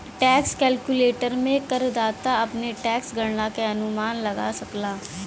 tax calculator में करदाता अपने टैक्स गणना क अनुमान लगा सकला